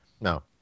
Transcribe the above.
No